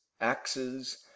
axes